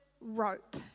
rope